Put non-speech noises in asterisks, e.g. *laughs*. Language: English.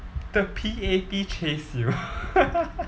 the P_A_P chase you *laughs*